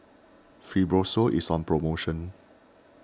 Fibrosol is on promotion